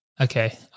Okay